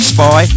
Spy